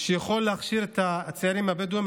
שיכול להכשיר את הצעירים הבדואים,